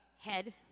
head